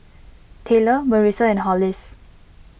Taylor Marissa and Hollis